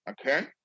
okay